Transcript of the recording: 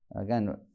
Again